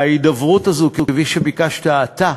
וההידברות הזאת, כפי שביקשת אותה,